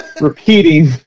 repeating